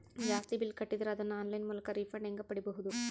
ಜಾಸ್ತಿ ಬಿಲ್ ಕಟ್ಟಿದರ ಅದನ್ನ ಆನ್ಲೈನ್ ಮೂಲಕ ರಿಫಂಡ ಹೆಂಗ್ ಪಡಿಬಹುದು?